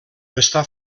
està